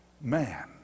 man